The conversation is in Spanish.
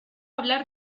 hablar